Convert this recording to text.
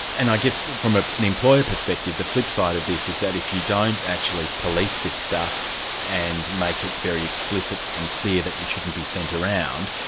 and i guess from ah an employer perspective, the flipside of this is that if you don't actually police this stuff and make it very explicit and clear that it shouldn't be sent around,